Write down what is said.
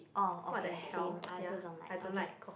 oh okay same I also don't like okay cool